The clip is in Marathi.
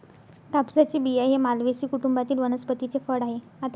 कापसाचे बिया हे मालवेसी कुटुंबातील वनस्पतीचे फळ आहे